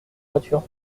voiture